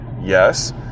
Yes